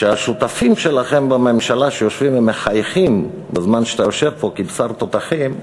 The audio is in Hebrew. שהשותפים שלך בממשלה שיושבים ומחייכים בזמן שאתה יושב פה כבשר תותחים,